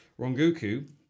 Ronguku